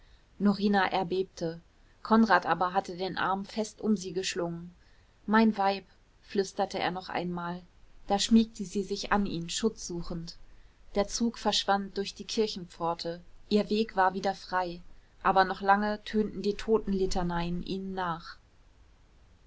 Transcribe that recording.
norina erbebte konrad aber hatte den arm fest um sie geschlungen mein weib flüsterte er noch einmal da schmiegte sie sich an ihn schutz suchend der zug verschwand durch die kirchenpforte ihr weg war wieder frei aber noch lange tönten die totenlitaneien ihnen nach